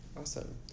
Awesome